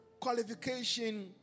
qualification